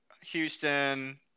Houston